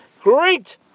Great